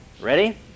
Ready